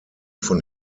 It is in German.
von